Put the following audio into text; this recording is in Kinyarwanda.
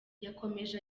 yakomeje